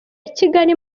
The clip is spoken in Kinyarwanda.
kigeli